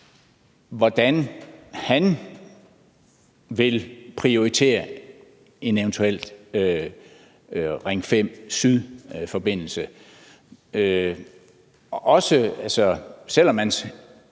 hvordan han vil prioritere en eventuel Ring 5-sydforbindelse, selv om man,